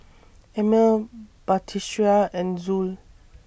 Ammir Batrisya and Zul